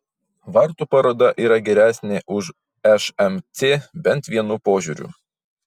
vartų paroda yra geresnė už šmc bent vienu požiūriu